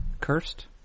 cursed